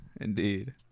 Indeed